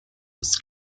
was